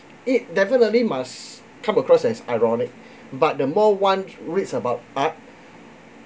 it definitely must come across as ironic but the more one reads about art